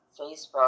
facebook